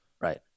right